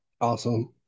Awesome